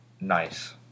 Nice